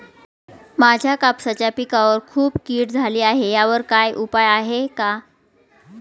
माझ्या कापसाच्या पिकावर खूप कीड झाली आहे यावर काय उपाय आहे का?